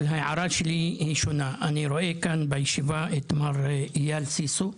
ההערה שלי היא שונה: אני רואה כאן בישיבה את מר אייל סיסו,